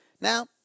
now